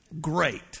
great